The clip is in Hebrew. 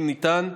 אם ניתן,